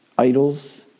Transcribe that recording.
Idols